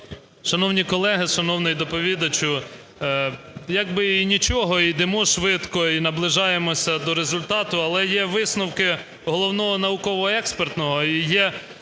Шановні колеги! Шановний доповідачу! Як би і нічого, і йдемо швидко, і наближаємося до результату, але є висновки Головного науково-експертного і є